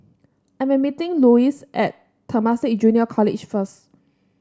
I'm meeting Lois at Temasek Junior College first